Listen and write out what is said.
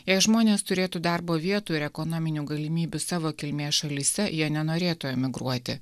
jei žmonės turėtų darbo vietų ir ekonominių galimybių savo kilmės šalyse jie nenorėtų emigruoti